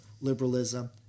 liberalism